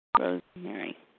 Rosemary